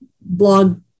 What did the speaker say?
blog